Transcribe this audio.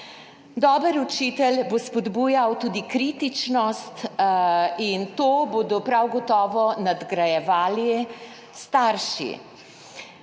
Dober učitelj bo spodbujal tudi kritičnost in to bodo prav gotovo nadgrajevali starši.